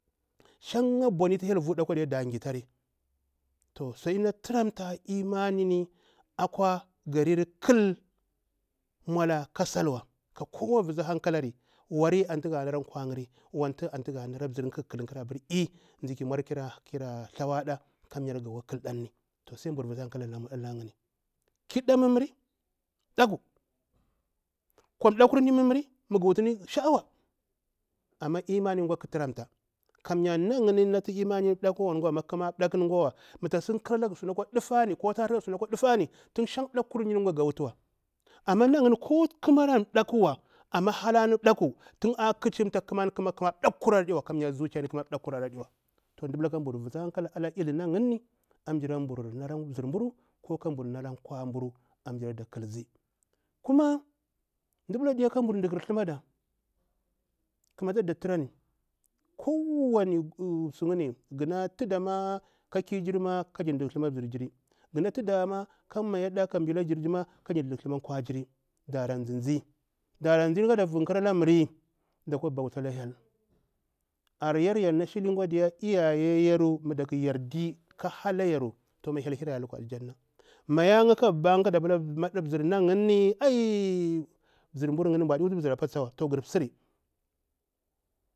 Shan boni tu hyel vutala da da gitari, to sai na turanta lmani nini, akwa ganr ƙal salur maula ka sal wa ka kowa yusu hankalari, wari antu ga nala kwa ‘yari wari antu ga na mzir'ya ri eeh ziki maura thawa ɗa abur yakwa ƙal ɗari, kirɗa mummuri ɗaku ƙwan ɗakkurinni mummuri abur sha'awa amma imani gwa ƙa turamta kamya nayin tu imanirni ɗakuwa ƙunga ɗakuwa mu tasi ka kalaga suna akwa ɗufari tun shang suna kwa dufani ga wutuwa amma nayini ko ƙamari ana ɗi ɗakkuwa amma halani ɗakku a ƙa cimta ƙamani ɗakkura ɗiwa kamya zuciya ƙuma ɗakkurawa ɗiwa mda pita ka mbur vusa hankal ala iri yinni amshara bur nala mzir mburu ko ka mbur nala kwanburu amshara da ƙalsi kuma diya mda pila ka mbur ɗakir thamada ƙama ta da turani kowani suyinni gana tuda ƙa kirjiri kaɓur ɗukhar thuma ɗa mzir jini gana tuda ma ka mayarni ka ɓila mjir jiri kajir ɗakir thuma kwajir dara zinzi kadara vunƙara miri da kwa bauta la hyel, aryaru yama shili lyayer yaru ma daƙu yarɗi hala yaru ma hyel ƙa heri da lukwa aljana, maya ‘ya ka buba ‘ya kada pula mzir na yinni ai mzir mburu yinni mburu ɗi wutu mzir apa tsawa gar misri.